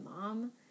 mom